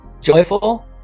joyful